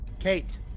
Kate